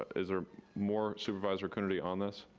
is there more, supervisor coonerty, on this?